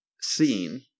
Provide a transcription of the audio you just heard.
seen